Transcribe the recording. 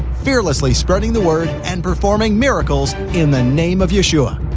fearlessly spreading the word and performing miracles in the name of yeshua.